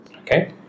Okay